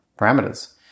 parameters